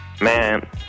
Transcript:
Man